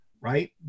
right